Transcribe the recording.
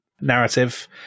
narrative